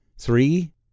Three